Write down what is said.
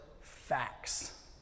facts